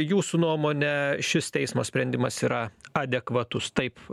jūsų nuomone šis teismo sprendimas yra adekvatus taip